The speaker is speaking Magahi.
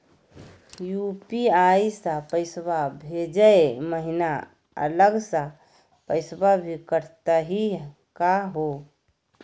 यू.पी.आई स पैसवा भेजै महिना अलग स पैसवा भी कटतही का हो?